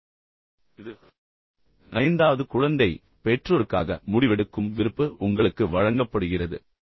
எனவே இப்போது இது ஐந்தாவது குழந்தை பின்னர் பெற்றோருக்காக முடிவெடுக்கும் விருப்பு உங்களுக்கு வழங்கப்படுகிறது